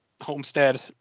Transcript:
homestead